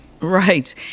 Right